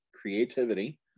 creativity